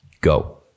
go